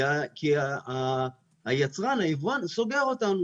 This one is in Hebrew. כי היצרן, היבואן סוגר אותנו.